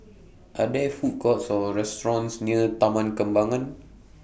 Are There Food Courts Or restaurants near Taman Kembangan